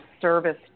service